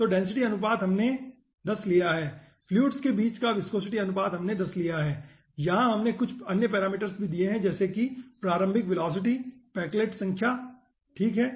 तो डेंसिटी अनुपात हमने 10 लिया है फ्लुइड्स के बीच का विस्कोसिटी अनुपात हमने 10 लिया है और यहां हमें कुछ अन्य पैरामीटर्स भी दिए गए है जैसे कि प्रारंभिक वेलोसिटी पेकलेट संख्या ठीक है